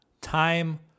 time